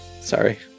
Sorry